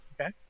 Okay